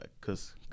Cause